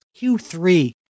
Q3